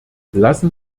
lassen